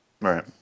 Right